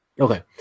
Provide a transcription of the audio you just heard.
Okay